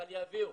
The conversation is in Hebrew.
מאיטליה הביאו,